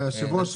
היושב ראש,